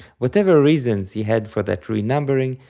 whatever reasons he had for that renumbering,